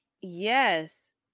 Yes